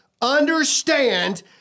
understand